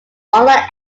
online